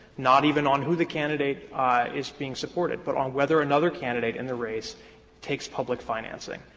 not even on who the candidate is being supported, but on whether another candidate in the race takes public financing.